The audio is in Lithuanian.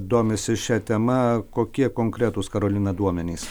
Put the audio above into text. domisi šia tema kokie konkretūs karolina duomenys